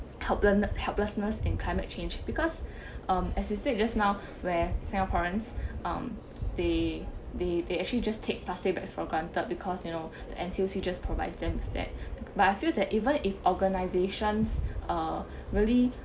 helplen~ helplessness in climate change because um as you said just now where singaporeans um they they they actually just take plastic bags for granted because you know until she just provides them with that but I feel that even if organisations uh really